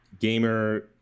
gamer